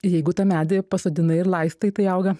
jeigu tą medį pasodinai ir laistai tai auga